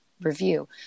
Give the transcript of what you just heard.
review